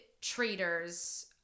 traitors